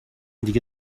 دیگه